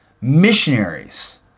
missionaries